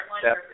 step